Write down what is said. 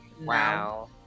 Wow